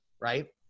right